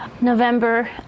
November